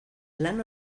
lan